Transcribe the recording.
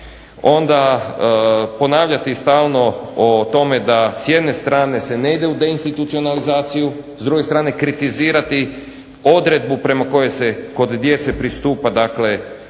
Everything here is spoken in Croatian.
Onda, ponavljati stalno o tome da s jedne strane se ne ide u deinstitucionalizaciju, s druge strane kritizirati odredbu prema kojoj se kod djece pristupa dakle